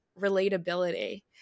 relatability